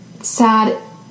sad